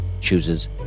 chooses